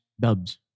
dubs